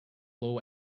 low